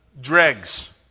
dregs